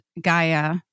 Gaia